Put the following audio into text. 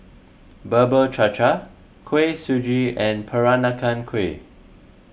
Bubur Cha Cha Kuih Suji and Peranakan Kueh